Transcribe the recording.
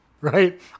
Right